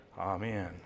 Amen